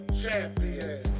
champion